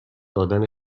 دادن